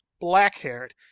black-haired